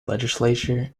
legislature